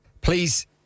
Please